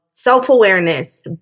Self-awareness